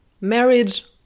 Marriage